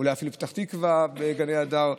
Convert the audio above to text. אולי אפילו פתח תקווה וגני הדר,